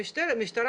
למשטרה,